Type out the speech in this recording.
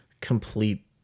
complete